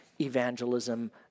evangelism